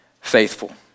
faithful